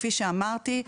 וכפי שאמרתי,